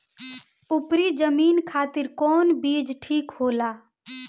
उपरी जमीन खातिर कौन बीज ठीक होला?